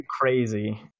crazy